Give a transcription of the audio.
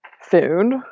food